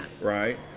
Right